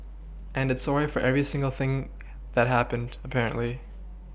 and it's sorry for every single thing that happened apparently